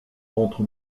entre